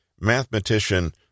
mathematician